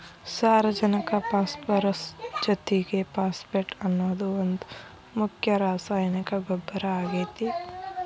ಸಾರಜನಕ ಪಾಸ್ಪರಸ್ ಜೊತಿಗೆ ಫಾಸ್ಫೇಟ್ ಅನ್ನೋದು ಒಂದ್ ಮುಖ್ಯ ರಾಸಾಯನಿಕ ಗೊಬ್ಬರ ಆಗೇತಿ